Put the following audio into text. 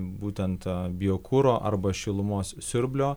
būtent biokuro arba šilumos siurblio